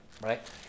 Right